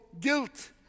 guilt